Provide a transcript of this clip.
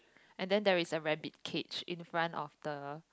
and then there is a rabbit cage in front of the